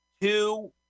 two